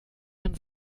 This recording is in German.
man